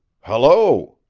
hello!